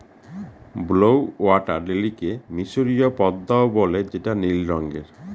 blue water লিলিকে মিসরীয় পদ্মাও বলে যেটা নীল রঙের